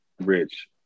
Rich